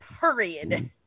Period